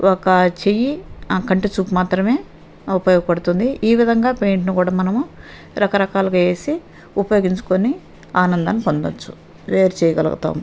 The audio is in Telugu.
ఒక చేయి కంటి చూపు మాత్రమే ఉపయోగపడుతుంది ఈ విధంగా పెయింట్ని కూడా మనము రకరకాలుగా వేసి ఉపయోగించుకుని ఆనందాన్ని పొందవచ్చు వేరు చేయగలుగుతాం